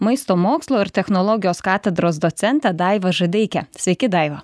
maisto mokslo ir technologijos katedros docente daiva žadeike sveiki daiva